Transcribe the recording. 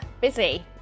busy